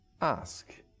ask